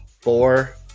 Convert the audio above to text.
four